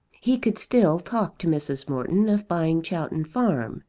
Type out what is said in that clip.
he could still talk to mrs. morton of buying chowton farm,